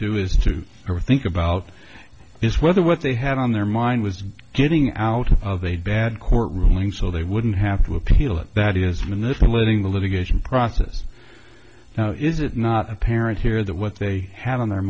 into is to or think about is whether what they had on their mind was getting out of a bad court ruling so they wouldn't have to appeal it that is manipulating the litigation process now is it not apparent here that what they had on their